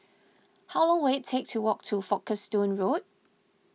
how long will it take to walk to Folkestone Road